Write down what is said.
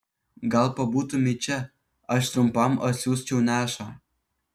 gal pabūtumei čia aš trumpam atsiųsčiau nešą